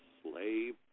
slave